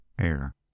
air